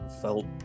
felt